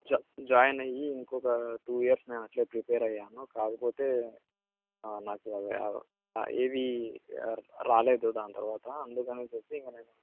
జా జాయిన్ అయ్యి ఇంకొక టూ ఇయర్స్ నేను అట్లే ప్రిపేర్ అయ్యాను కాకపోతే నాకు ఏవి రాలేదు దాని తర్వాత అందుకనే ఇంక నేను